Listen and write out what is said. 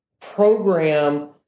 program